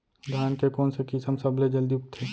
धान के कोन से किसम सबसे जलदी उगथे?